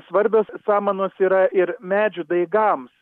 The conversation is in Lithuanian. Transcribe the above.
svarbios samanos yra ir medžių daigams